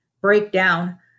breakdown